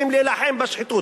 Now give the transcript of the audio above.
אנחנו רוצים להילחם בשחיתות.